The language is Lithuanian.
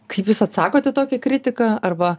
kaip jūs atsakot į tokią kritiką arba